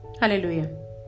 Hallelujah